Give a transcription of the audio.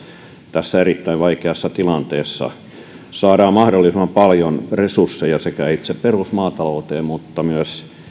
tässä erittäin vaikeassa tilanteessa saadaan mahdollisimman paljon resursseja sekä itse perusmaatalouteen että myös